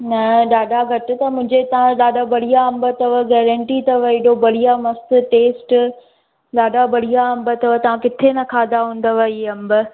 न ॾाढा घटि त मुंहिंजे हितां जा ॾाढा बढ़िया अम्ब अथव गारंटी अथव एॾो बढ़िया अम्ब मस्तु टेस्ट ॾाढा बढ़िया अम्ब अथव तव्हां किथे ना खाधा हूंदव हीअ अम्ब